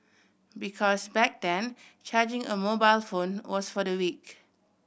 because back then charging a mobile phone was for the weak